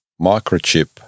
microchip